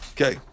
Okay